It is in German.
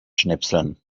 schnipseln